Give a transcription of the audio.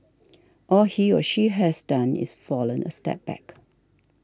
all he or she has done is fallen a step back